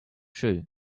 true